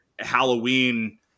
Halloween